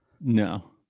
no